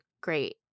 great